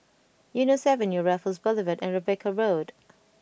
Eunos Avenue Raffles Boulevard and Rebecca Road